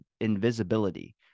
invisibility